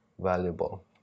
valuable